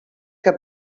que